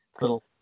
Little